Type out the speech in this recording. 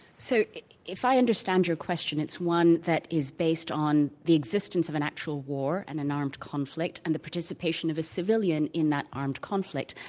so if i understand your question, it's one that is based on the existence of an actual war and an armed conflict and the participation of a civilian in that armed conflict.